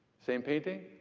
same painting?